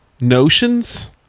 notions